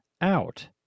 out